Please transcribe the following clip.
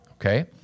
Okay